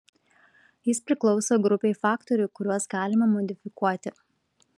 jis priklauso grupei faktorių kuriuos galime modifikuoti